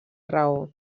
raó